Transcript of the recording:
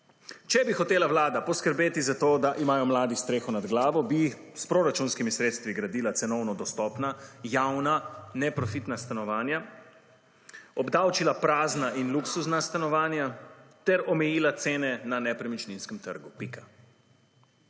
Če bi hotela Vlada poskrbeti za to, da imajo mladi streho nad glavo, bi s proračunskimi sredstvi gradila cenovno dostopna, javna, neprofitna stanovanja, obdavčila prazna in luksuzna stanovanja ter omejila cene na nepremičninskem trgu,